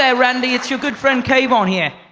ah randy, it's your good friend kayvan here.